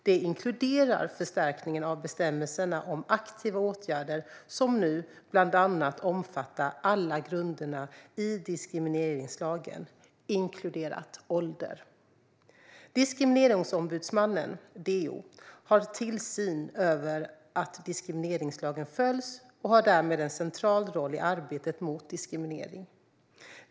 Det inkluderar förstärkningen av bestämmelserna om aktiva åtgärder, som nu bland annat omfattar alla grunderna i diskrimineringslagen, inkluderat ålder. Diskrimineringsombudsmannen, DO, har tillsyn över att diskrimineringslagen följs och har därmed en central roll i arbetet mot diskriminering.